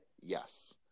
Yes